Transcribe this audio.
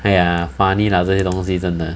!aiya! funny lah 这些东西真的